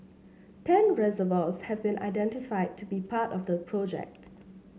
ten reservoirs have been identified to be part of the project